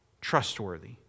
trustworthy